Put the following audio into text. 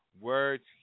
words